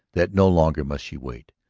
that no longer must she wait,